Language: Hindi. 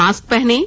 मास्क पहनें